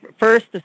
First